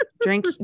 drink